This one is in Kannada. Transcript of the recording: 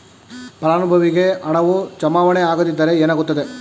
ಫಲಾನುಭವಿಗೆ ಹಣವು ಜಮಾವಣೆ ಆಗದಿದ್ದರೆ ಏನಾಗುತ್ತದೆ?